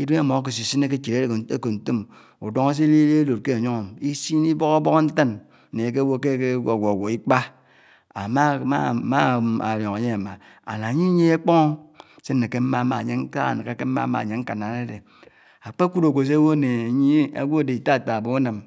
idèm ámò áké sisinè kè échid ádé ntókò ntòm, udòngò si didi álod ké ényòng, isine, ibòhò bóhó ntàng n’èké bò ke èkè gwògwò ikpá ámádiòng ányè ámà and ányè inièhé àkpó, sè nnèké mmá má ányè nták, ánnèkèké mmá mmá ányè nkámá ádède, ákpè kud ágwò sè bò nè ényè ágwò ádé itá itá ábá unám